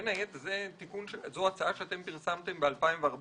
זו הצעה שפרסמתם ב-2014.